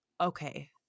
okay